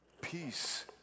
peace